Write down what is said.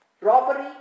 Robbery